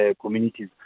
communities